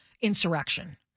insurrection